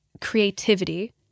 creativity